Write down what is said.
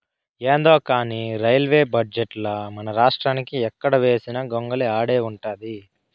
యాందో కానీ రైల్వే బడ్జెటుల మనరాష్ట్రానికి ఎక్కడ వేసిన గొంగలి ఆడే ఉండాది